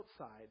outside